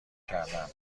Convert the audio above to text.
کردن